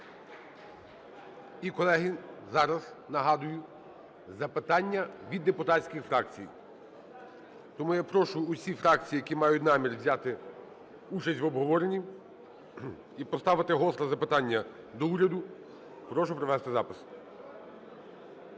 І, колеги, зараз, нагадую, запитання від депутатських фракцій. Тому я прошу усі фракції, які мають намір взяти участь в обговоренні і поставити голосно запитання до уряду, прошу провести запис.